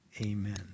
amen